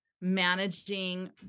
managing